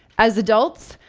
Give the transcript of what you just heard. as adults,